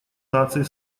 наций